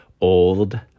old